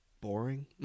boring